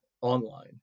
online